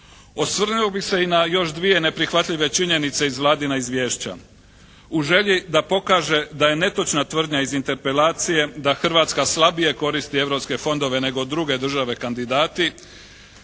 Osvrnuo bih se i na još dvije neprihvatljive činjenice iz Vladina izvješća. U želji da pokaže da je netočna tvrdnja iz interpelacije da Hrvatska slabije koristi europske fondove nego druge države kandidati